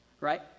Right